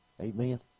Amen